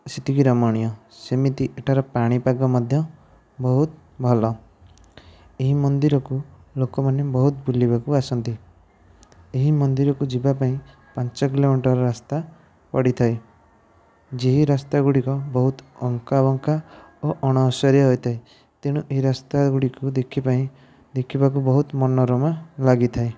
ସେତିକି ରମଣୀୟ ସେମିତି ଏଠାର ପାଣିପାଗ ମଧ୍ୟ ବହୁତ ଭଲ ଏହି ମନ୍ଦିରକୁ ଲୋକମାନେ ବହୁତ ବୁଲିବାକୁ ଆସନ୍ତି ଏହି ମନ୍ଦିରକୁ ଯିବା ପାଇଁ ପାଞ୍ଚ କିଲୋମିଟର ରାସ୍ତା ପଡ଼ିଥାଏ ଯେ ଏହି ରାସ୍ତା ଗୁଡ଼ିକ ବହୁତ ଅଙ୍କା ବଙ୍କା ଓ ଅଣଓସାରିଆ ହୋଇଥାଏ ତେଣୁ ଏହି ରାସ୍ତାକୁ ଦେଖିବା ପାଇଁ ଦେଖିବାକୁ ବହୁତ ମନୋରମ ଲାଗିଥାଏ